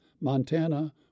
Montana